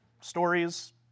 stories